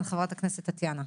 כן, חברת הכנסת טטיאנה.